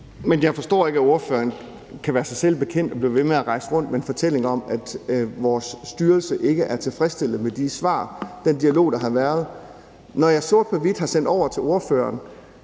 Men jeg forstår ikke, at ordføreren kan være sig selv bekendt og blive ved med at rejse rundt med en fortælling om, at vores styrelse ikke er tilfredsstillet med de svar og den dialog, der har været, når jeg sort på hvidt har sendt over til ordføreren,